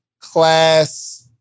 class